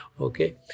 Okay